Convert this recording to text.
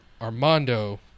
armando